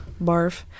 Barf